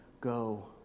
go